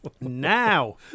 now